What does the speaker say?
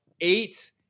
eight